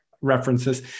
references